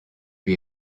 lui